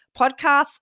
Podcasts